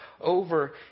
Over